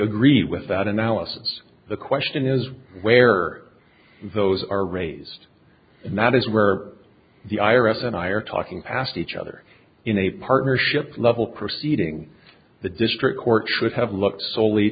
agree with that analysis the question is where are those are raised and that is where the i r s and i are talking past each other in a partnership level proceeding the district court should have looked sole